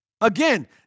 Again